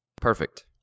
Perfect